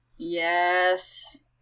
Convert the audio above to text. yes